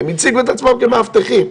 הם הציגו עצמם כמאבטחים.